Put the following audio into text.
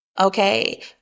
Okay